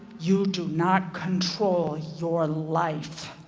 you do not control your life.